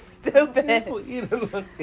stupid